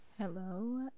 hello